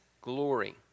glory